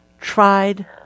tried